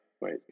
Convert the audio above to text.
Wait